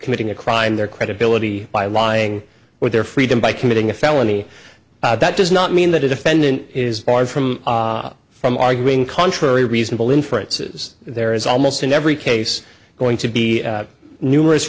committing a crime their credibility by lying or their freedom by committing a felony that does not mean that a defendant is barred from from arguing contrary reasonable inferences there is almost in every case going to be numerous